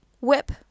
whip